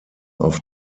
auf